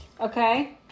Okay